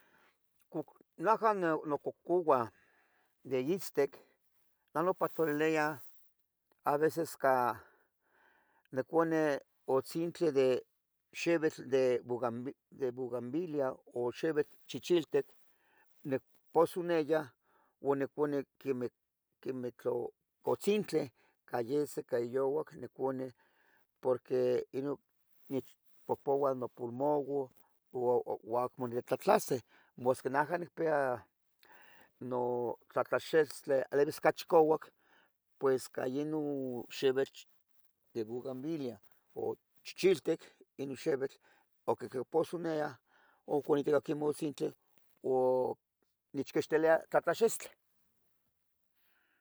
Cuc najah neu, nococoua, de itztec nah nopasolilia, aveces. ca, necone otzintle de xevitl de bugambi, bugambilia. o xevitl chichiltec, necpozuneya, uan nicune, quemeh. quemeh cohtzintle, ca yese, ca youac, nicuni, porque. inun, nich. nichpohpoua nopulmouon, uan acmo nitaltlase. porque najah nicpia, notlatlaxixtli, lalivis cachi couac. pues ca inun xevitl de bugambiliah u chichiltec inin xevitl. oc ica quiposuniah u nichquextelea,. tlatlaxixtle